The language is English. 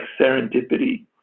serendipity